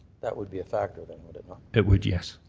that would be a factor then, would it not? it would, yes.